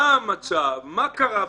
מה המצב, מה קרה בתיק.